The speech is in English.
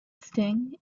sting